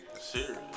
Serious